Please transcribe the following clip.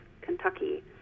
Kentucky